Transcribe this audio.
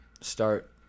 start